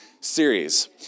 series